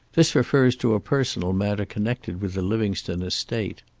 this refers to a personal matter connected with the livingstone estate.